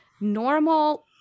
normal –